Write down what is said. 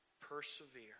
Persevere